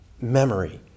memory